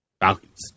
Falcons